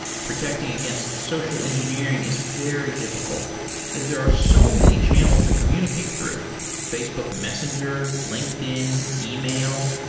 protecting against social engineering is very difficult as there are so many channels to communicate through facebook messenger, linkedin, yeah e-mail,